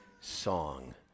song